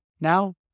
Now